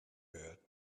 her